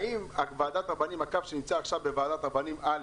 האם הקו שנמצא בוועדת רבנים א',